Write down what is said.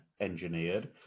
engineered